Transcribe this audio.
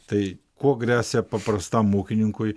tai kuo gresia paprastam ūkininkui